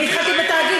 אני התחלתי בתאגיד,